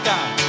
God